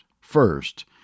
first